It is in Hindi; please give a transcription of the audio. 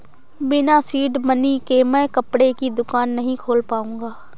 बिना सीड मनी के मैं कपड़े की दुकान नही खोल पाऊंगा